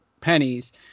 pennies